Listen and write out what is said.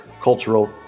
cultural